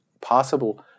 possible